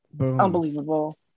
unbelievable